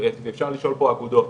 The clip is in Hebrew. ואפשר לשאול פה אגודות,